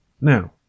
Now